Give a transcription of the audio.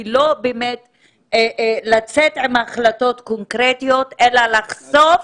לא באמת לצאת עם החלטות קונקרטיות אלא לחשוף